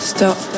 Stop